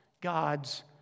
God's